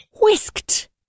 Whisked